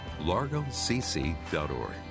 largocc.org